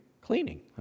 cleaning